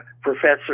professor